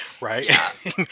Right